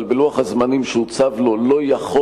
אבל בלוח הזמנים שהוצב לו הוא לא יכול